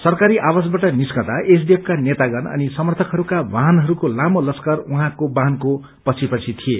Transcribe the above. सरकारी आवासबाट निस्कँदा एसडीएफको नेतागण अनि समर्थकहरूका वाहनस्को लामो लश्कर उहाँको वाहनको पछि पछि थिए